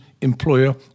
employer